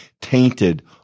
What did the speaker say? tainted